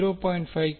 K 0